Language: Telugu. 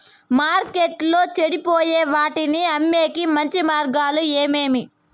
మార్కెట్టులో చెడిపోయే వాటిని అమ్మేకి మంచి మార్గాలు ఏమేమి